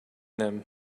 them